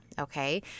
okay